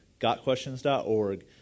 gotquestions.org